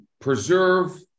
preserve